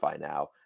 now